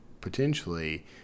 potentially